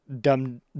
dumb